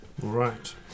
Right